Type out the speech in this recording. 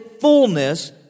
fullness